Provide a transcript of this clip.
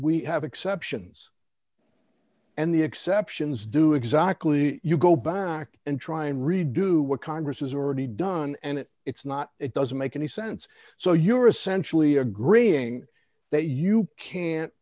we have exceptions and the exceptions do exactly you go back and try and really do what congress has already done and it's not it doesn't make any sense so you're essentially agreeing that you can't